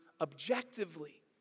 objectively